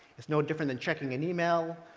it's no different than checking an email.